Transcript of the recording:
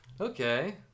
Okay